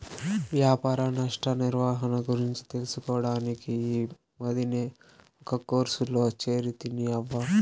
వ్యాపార నష్ట నిర్వహణ గురించి తెలుసుకోడానికి ఈ మద్దినే ఒక కోర్సులో చేరితిని అవ్వా